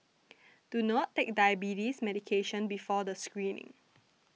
do not take diabetes medication before the screening